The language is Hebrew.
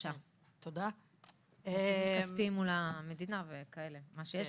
נתונים כספיים מול המדינה וכאלה מה שיש.